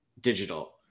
digital